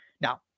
Now